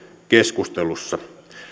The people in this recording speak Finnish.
keskustelussa